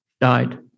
died